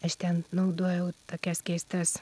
aš ten naudojau tokias keistas